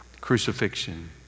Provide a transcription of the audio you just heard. crucifixion